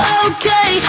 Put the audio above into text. okay